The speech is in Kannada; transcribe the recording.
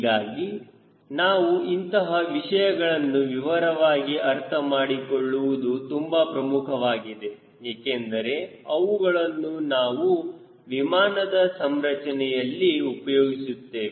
ಹೀಗಾಗಿ ನಾವು ಇಂತಹ ಅಂಶಗಳನ್ನು ವಿವರವಾಗಿ ಅರ್ಥಮಾಡಿಕೊಳ್ಳುವುದು ತುಂಬಾ ಪ್ರಮುಖವಾಗಿದೆ ಏಕೆಂದರೆ ಅವುಗಳನ್ನು ನಾವು ವಿಮಾನದ ಸಂರಚನೆಯಲ್ಲಿ ಉಪಯೋಗಿಸುತ್ತೇವೆ